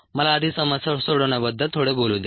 मला आधी समस्या सोडवण्याबद्दल थोडे बोलू द्या